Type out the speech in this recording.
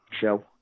show